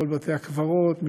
מכל בתי-הקברות,